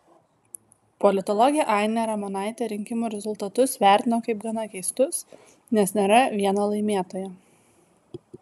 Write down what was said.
politologė ainė ramonaitė rinkimų rezultatus vertino kaip gana keistus nes nėra vieno laimėtojo